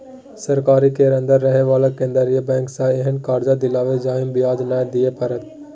सरकारी केर अंदर रहे बला केंद्रीय बैंक सँ एहेन कर्जा दियाएब जाहिमे ब्याज नै दिए परतै